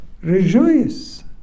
Rejoice